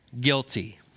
guilty